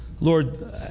Lord